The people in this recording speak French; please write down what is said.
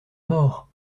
mort